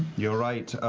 you're right.